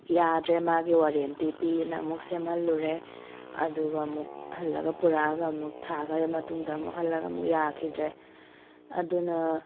ꯌꯗ꯭ꯔꯦ ꯃꯥꯒꯤ ꯋꯥꯔꯦꯟꯇꯤ ꯄꯤꯌꯦꯅ ꯑꯃꯨꯛ ꯁꯦꯝꯍꯜꯂꯨꯔꯦ ꯑꯗꯨꯒ ꯑꯃꯨꯛ ꯍꯜꯂꯒ ꯄꯨꯔꯛꯑꯒ ꯑꯃꯨꯛ ꯊꯥ ꯈꯔꯒꯤ ꯃꯇꯨꯡꯗ ꯑꯃꯨꯛ ꯍꯜꯂꯒ ꯑꯃꯨꯛ ꯌꯥꯈꯤꯗ꯭ꯔꯦ ꯑꯗꯨꯅ